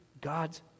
God's